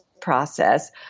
process